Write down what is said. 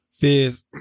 Fizz